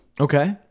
Okay